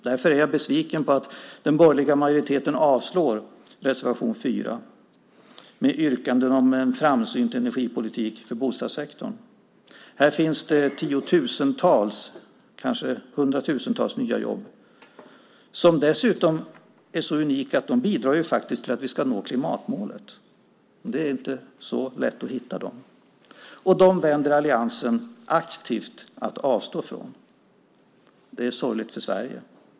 Jag är därför besviken på att den borgerliga majoriteten avslår reservation 4 med yrkanden om en framsynt energipolitik för bostadssektorn. Här finns det tiotusentals, kanske hundratusentals, nya jobb som dessutom är så unika att de bidrar till att vi ska nå klimatmålet. Det är inte så lätt att hitta dem. Dem väljer alliansen aktivt att avstå från. Det är sorgligt för Sverige.